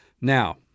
Now